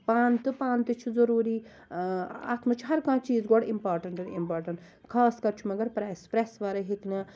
پَن تہٕ پَن تہِ چھُ ضروری اتھ منٛز چھُ ہر کانٛہہ چیٖز گۄڈٕ اِمپاٹنٹٕے اِمپاٹنٹ اص کر چھُ مگر پریٚس پریٚس وَرٲے ہیٚکہِ نہٕ